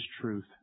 truth